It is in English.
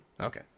Okay